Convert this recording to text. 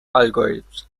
algorithms